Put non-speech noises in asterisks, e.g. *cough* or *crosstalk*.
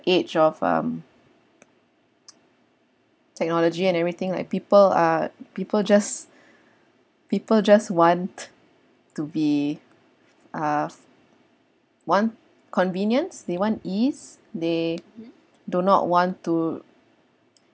age of um *noise* technology and everything like people are people just people just want to be uh want convenience they want ease they do not want to